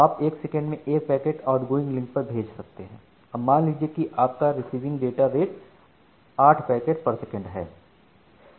आप एक सेकंड में एक पैकेट आउट गोइंग लिंक पर भेज सकते हैं अब मान लीजिए कि आपका receiving data rate 8 packet per second है